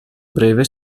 breve